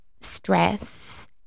stress